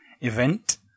event